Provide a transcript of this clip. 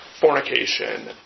fornication